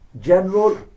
General